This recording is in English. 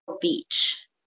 beach